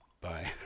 Bye